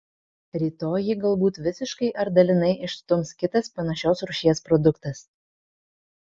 rytoj jį galbūt visiškai ar dalinai išstums kitas panašios rūšies produktas